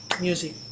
music